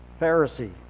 Pharisee